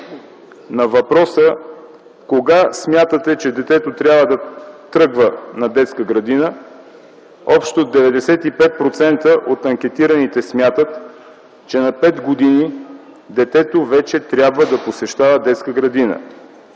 на въпроса: „Кога смятате, че детето трябва да тръгва на детска градина?”, общо 95% от анкетираните смятат, че на 5 години детето вече трябва да посещава детска градина.